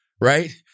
right